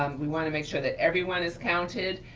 um we wanna make sure that everyone is counted,